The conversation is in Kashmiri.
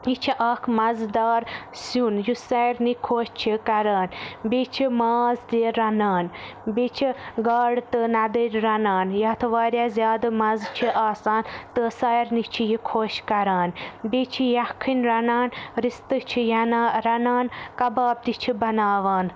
یہِ چھُ اَکھ مَزٕدار سِیُن یُس سارِنٕے خۄش چھُ کَران بیٚیہِ چھِ ماز تہِ رَنان بیٚیہِ چھِ گاڈٕ تہٕ نَدٕرۍ رَنان یَتھ واریاہ زِیادٕ مَزٕ چھُ آسان تہٕ سارِنٕے چھُ یہِ خۄش کَران بیٚیہِ چھِ یَکھٕنۍ رَنان رِستہٕ چھِ ینا رَنان کَباب تہِ چھِ بَناوان